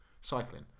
cycling